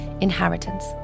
Inheritance